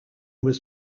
was